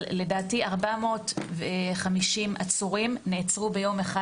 אבל לדעתי 450 עצורים נעצרו ביום אחד